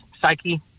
psyche